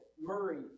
Murray